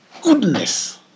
goodness